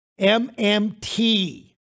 MMT